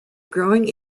growing